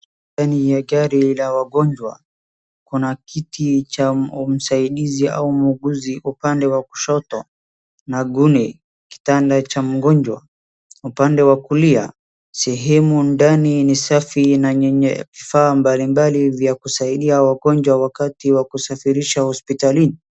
Aina ya gari la wagonjwa kuna kiti cha msaidizi au mwuguzi upande wa kushoto na nguni .Kitanda cha mgonjwa upande wa kulia sehemu ndani ni safi na yenye vifaa mbalimbali vya kusaidia wagonjwa wakati wa kusafirisha hospitalini.